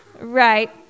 Right